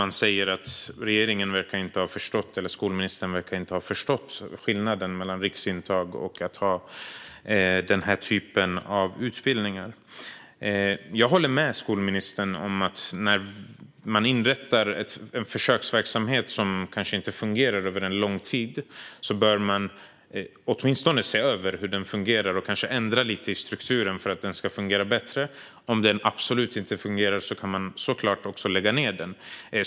De menar att regeringen och skolministern inte verkar ha förstått skillnaden mellan riksintag och den här typen av utbildningar. Jag håller med skolministern om att när en försöksverksamhet inte fungerar över lång tid bör man åtminstone se över den och kanske ändra lite i strukturen för att den ska fungera bättre. Om den absolut inte fungerar kan man såklart lägga ned den.